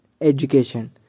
Education